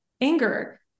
anger